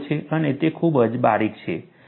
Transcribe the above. અને તે ખૂબ જ બારીક ક્રેક છે તેથી dy ઇક્વલ ટુ 0 છે